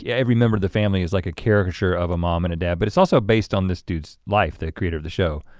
yeah every member of the family is like a caricature of a mom and a dad but it's also based on this dude's life, the creator of the show.